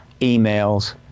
emails